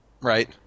Right